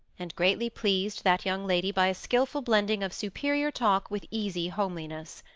and greatly pleased that young lady by a skilful blending of superior talk with easy homeliness.